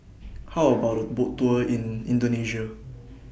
How about A Boat Tour in Indonesia